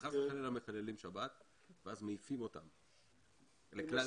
מחללים שבת מה שגורם להעיף אותם לכלל צה"ל.